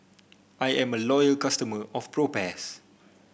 I am a loyal customer of Propass